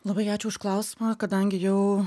labai ačiū už klausimą kadangi jau